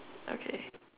okay